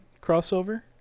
crossover